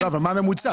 מה הממוצע?